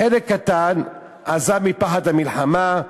חלק קטן עזב מפחד המלחמה,